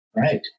Right